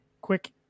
quick